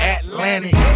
Atlantic